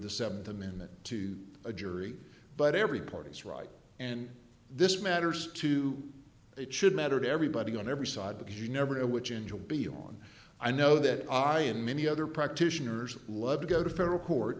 the seventh amendment to a jury but every party is right and this matters to it should matter to everybody on every side because you never know which enjoy will be on i know that i and many other practitioners love to go to federal court